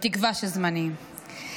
בתקווה שזמניים,